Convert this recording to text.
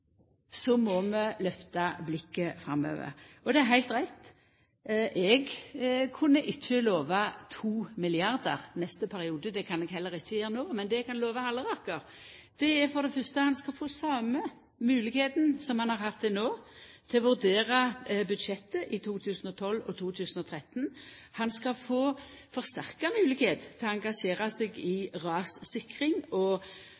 må vi lyfta blikket framover. Det er heilt rett at eg ikkje kan lova to milliardar neste periode. Det kan eg heller ikkje gjera no. Men det eg kan lova Halleraker, er for det fyrste at han skal få den same moglegheita som han har hatt til no, til å vurdera budsjettet i 2012 og 2013. Han skal få forsterka moglegheit til å engasjera seg i rassikring og